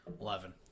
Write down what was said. Eleven